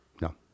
No